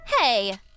Hey